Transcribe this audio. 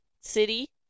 city